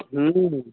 हूँ